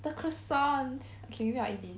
the croissants okay maybe I'll eat this